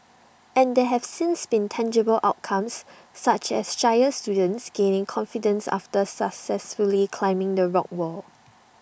and there have since been tangible outcomes such as shyer students gaining confidence after successfully climbing the rock wall